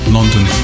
London